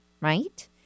right